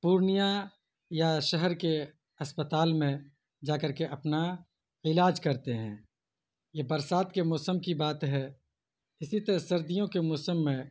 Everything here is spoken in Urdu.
پورنیہ یا شہر کے اسپتال میں جا کر کے اپنا علاج کرتے ہیں یہ برسات کے موسم کی بات ہے اسی طرح سردیوں کے موسم میں